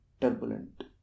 turbulent